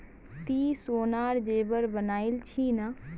ती सोनार जेवर बनइल छि न